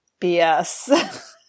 BS